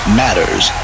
matters